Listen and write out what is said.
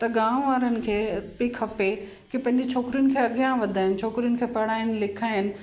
त गाम वारनि खे बि खपे कि पंहिंजी छोकिरियुनि खे अॻियां वधाइनि छोकिरियुनि खे पढ़ाइनि लिखाइनि